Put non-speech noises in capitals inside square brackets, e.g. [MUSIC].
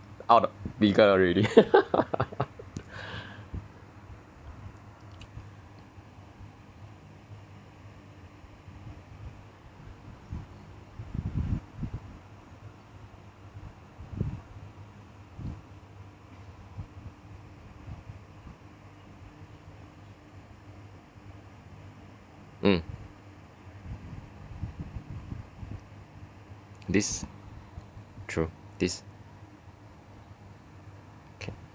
out bigger already [LAUGHS] mm this true this okay